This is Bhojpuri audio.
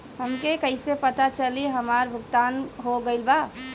हमके कईसे पता चली हमार भुगतान हो गईल बा?